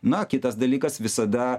na kitas dalykas visada